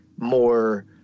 more